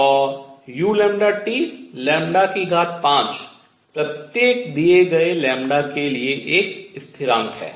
और u 5 प्रत्येक दिए गए λ के लिए एक स्थिरांक है